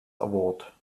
award